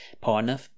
partner